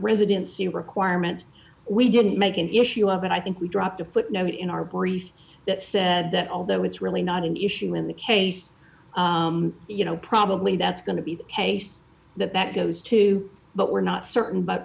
residency requirement we didn't make an issue of it i think we dropped a footnote in our brief that said that although it's really not an issue in the case you know probably that's going to be the case that that goes to but we're not certain but